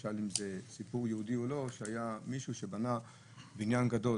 הוא שאל אם זה סיפור יהודי או לא: היה מישהו שבנה בניין גדול,